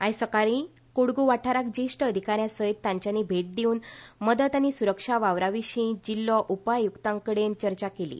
आयज सकार्ळी कोडगू वाठाराक जेश्ठ अधिकाऱ्यां सयत तांच्यानी भेट दिवन मदत आनी सुरक्षा वावरांविर्शीं जिल्हो उप आयुक्तांकडे चर्चा केली